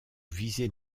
viser